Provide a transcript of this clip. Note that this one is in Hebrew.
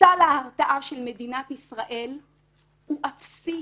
סל הרתעה של מדינת ישראל הוא אפסי.